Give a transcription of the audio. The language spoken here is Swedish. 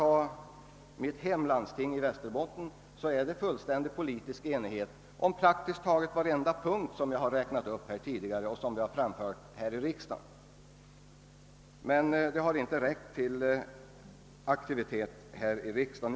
I mitt hemlandsting i Västerbotten råder det exempelvis fullständig politisk enighet på praktiskt taget varenda punkt som jag här räknat upp, men detta har inte räckt till när jag ställt förslagen här i riksdagen.